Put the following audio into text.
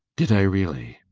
did i really?